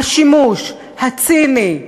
השימוש הציני,